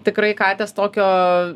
tikrai katės tokio